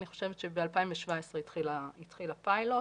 אני חושבת שב-2017 התחיל הפיילוט.